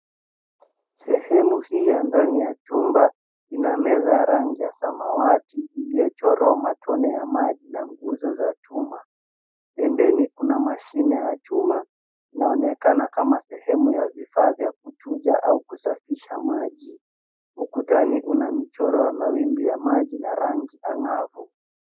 Sehemu hii ya ndani ya chumba ina meza ya rangi ya samawati iliyochorwa matone ya maji nguzo za chuma. Pembeni kuna mashine ya chuma inaonekana kama sehemu ya vifaa vya kuchuja au kusafisha maji. Ukutani una michoro ya mawimbi ya maji na rangi angavu.